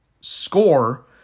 score